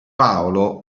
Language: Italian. paolo